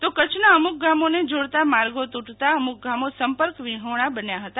તો કચ્છના અમુક ગામોને જોડતા માર્ગો તુટતા અમુક ગામો સંપર્ક વિહોણા બન્યા હતા